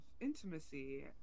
intimacy